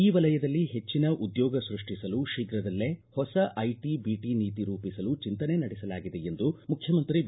ಈ ವಲಯದಲ್ಲಿ ಹೆಚ್ಚನ ಉದ್ಯೋಗ ಸೃಷ್ಟಿಸಲು ಶೀಘದಲ್ಲೇ ಹೊಸ ಐಟ ಬಿಟಿ ನೀತಿ ರೂಪಿಸಲು ಚಿಂತನೆ ನಡೆಸಲಾಗಿದೆ ಎಂದು ಮುಖ್ಯಮಂತ್ರಿ ಬಿ